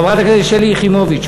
חברת הכנסת שלי יחימוביץ,